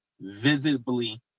visibly